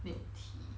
milk tea